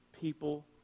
people